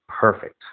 perfect